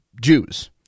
Jews